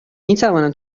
میتوانم